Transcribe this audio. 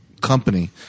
company